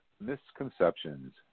misconceptions